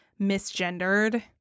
misgendered